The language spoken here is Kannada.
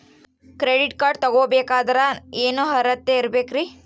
ಕ್ರೆಡಿಟ್ ಕಾರ್ಡ್ ತೊಗೋ ಬೇಕಾದರೆ ಏನು ಅರ್ಹತೆ ಇರಬೇಕ್ರಿ?